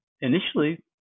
initially